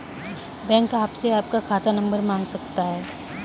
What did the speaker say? bank आपसे आपका खाता नंबर मांग सकता है